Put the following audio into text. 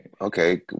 Okay